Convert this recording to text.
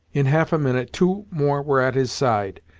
in half a minute, two more were at his side,